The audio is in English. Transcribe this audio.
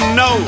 no